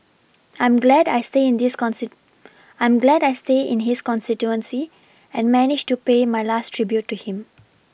I'm glad I stay in this I'm glad I stay in his constituency and managed to pay my last tribute to him